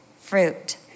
fruit